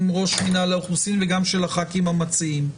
עם ראש מינהל האוכלוסין וגם של הח"כים המציעים.